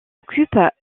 occupe